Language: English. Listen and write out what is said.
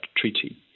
treaty